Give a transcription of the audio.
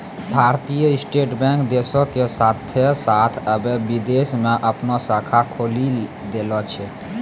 भारतीय State Bank देशो के साथे साथ अबै विदेशो मे अपनो शाखा खोलि देले छै